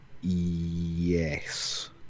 Yes